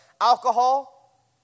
alcohol